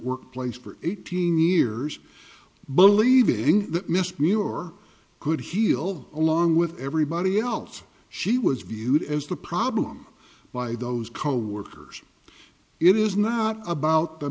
workplace for eighteen years but leaving that missed me or could heal along with everybody else she was viewed as the problem by those coworkers it is not about the